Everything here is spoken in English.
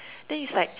then it's like